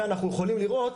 ואנחנו יכולים לראות,